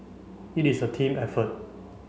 it is a team effort